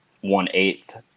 one-eighth